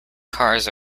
cars